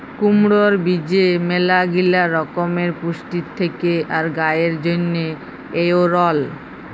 কুমড়র বীজে ম্যালাগিলা রকমের পুষ্টি থেক্যে আর গায়ের জন্হে এঔরল